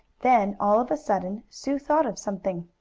then, all of a sudden, sue thought of something.